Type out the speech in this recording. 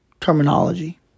terminology